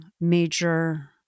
major